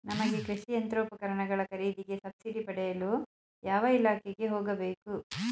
ನಮಗೆ ಕೃಷಿ ಯಂತ್ರೋಪಕರಣಗಳ ಖರೀದಿಗೆ ಸಬ್ಸಿಡಿ ಪಡೆಯಲು ಯಾವ ಇಲಾಖೆಗೆ ಹೋಗಬೇಕು?